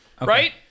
right